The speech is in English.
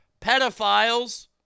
pedophiles